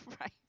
right